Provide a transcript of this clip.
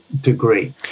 degree